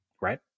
Right